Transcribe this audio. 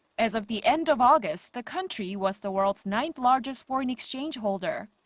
as of the end of august, the country was the world's ninth largest foreign exchange holder.